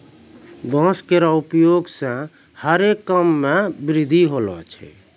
बांस केरो उपयोग सें हरे काम मे वृद्धि होलो छै